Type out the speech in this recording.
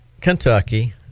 Kentucky